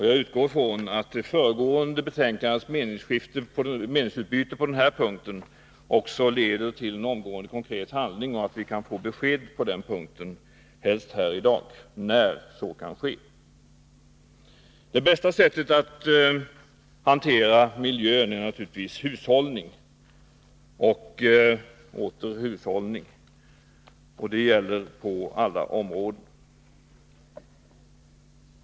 Jag utgår från att den föregående debattens meningsutbyte på denna punkt omgående leder till en konkret handling. Jag hoppas att vi, helst här i dag, kan få besked om när så kan ske. Det bästa sättet att hantera miljön är naturligtvis hushållning och åter hushållning. Det gäller på alla områden.